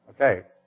Okay